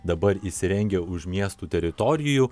dabar įsirengę už miestų teritorijų